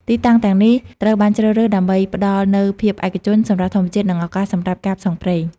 ទីតាំងទាំងនេះត្រូវបានជ្រើសរើសដើម្បីផ្តល់នូវភាពឯកជន សម្រស់ធម្មជាតិ និងឱកាសសម្រាប់ការផ្សងព្រេង។